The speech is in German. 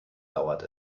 dauert